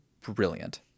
brilliant